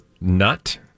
nut